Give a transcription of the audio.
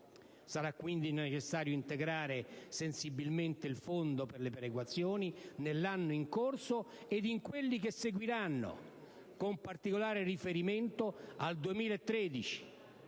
Sarà quindi necessario integrare sensibilmente il fondo per le perequazioni nell'anno in corso ed in quelli che seguiranno, con particolare riferimento al 2013,